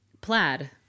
Plaid